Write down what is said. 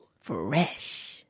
Fresh